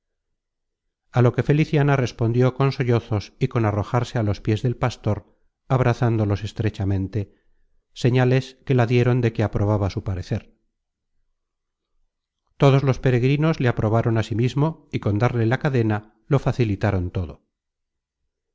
a lo que feliciana respondió con sollozos y con arrojarse á los pies del pastor abrazándolos estrechamente señales que la dieron de que aprobaba su parecer todos los peregrinos le aprobaron asimismo y con darle la cadena lo facilitaron todo